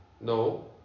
No